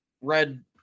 red